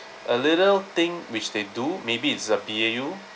a little thing which they do maybe it's a B_A_U